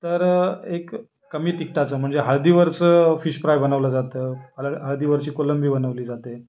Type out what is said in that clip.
तर एक कमी तिखटाचं म्हणजे हळदीवरचं फिश फ्राय बनवलं जातं हल हळदीवरची कोलंबी बनवली जाते